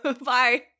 Bye